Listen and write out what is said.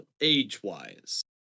age-wise